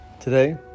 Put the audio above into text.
Today